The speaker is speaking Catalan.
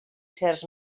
certs